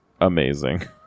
amazing